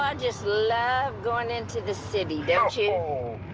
ah just love going into the city. don't you?